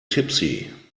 tipsy